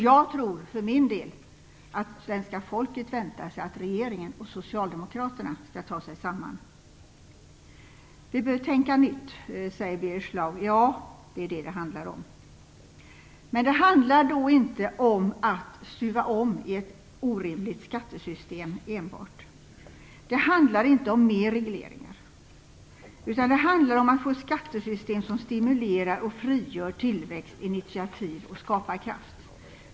Jag tror att svenska folket väntar sig att regeringen och socialdemokraterna skall ta sig samman. De bör tänka nytt, säger Birger Schlaug. Ja, det är det handlar om. Men det handlar inte om att enbart stuva om i ett orimligt skattesystem. Det handlar inte om mer regleringar. Det handlar om att få ett skattesystem som stimulerar och frigör tillväxt, initiativ och skaparkraft.